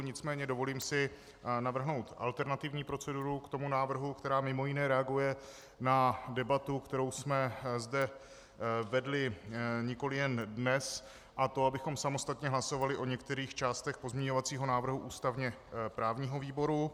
Nicméně dovolím si navrhnout alternativní proceduru k tomu návrhu, která mimo jiné reaguje na debatu, kterou jsme zde vedli nikoli jen dnes, a to abychom samostatně hlasovali o některých částech pozměňovacího návrhu ústavněprávního výboru.